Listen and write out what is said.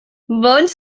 bądź